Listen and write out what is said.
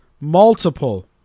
multiple